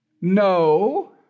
No